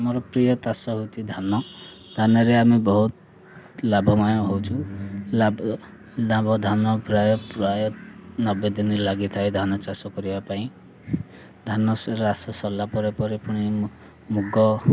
ମୋର ପ୍ରିୟ ଚାଷ ହେଉଛି ଧାନ ଧାନରେ ଆମେ ବହୁତ ଲାଭମୟ ହେଉଛୁ ଲାଭ ଧାନ ପ୍ରାୟ ପ୍ରାୟ ନବେ ଦିନ ଲାଗିଥାଏ ଧାନ ଚାଷ କରିବା ପାଇଁ ଧାନ ଚାଷ ସରିଲା ପରେ ପରେ ପୁଣି ମୁଗ